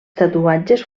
tatuatges